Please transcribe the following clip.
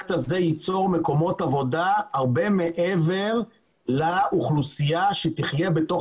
הפרויקט זה ייצור מקומות עבודה הרבה מעבר לאוכלוסייה שתחיה בתוך